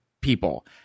people